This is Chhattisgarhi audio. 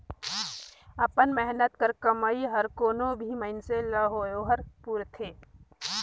अपन मेहनत कर कमई हर कोनो भी मइनसे ल होए ओहर पूरथे